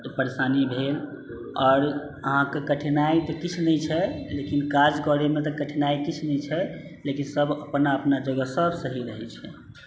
परेशानी भेल आओर अहाँकेँ कठिनाइ तऽ किछु नहि छै लेकिन काज करैमे तऽ कठिनाइ किछु नहि छै लेकिन सब अपना अपना जगह सब सही रहैत छै